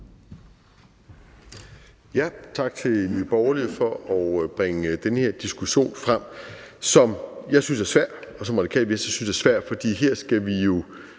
Tak til Nye Borgerlige for at bringe den her diskussion frem, som jeg synes er svær, og som Radikale Venstre synes er svær. For her skal vi jo